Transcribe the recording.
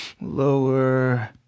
Lower